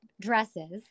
dresses